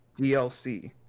dlc